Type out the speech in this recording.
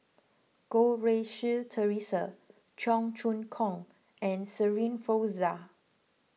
Goh Rui Si theresa Cheong Choong Kong and Shirin Fozdar